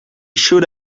should